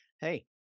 hey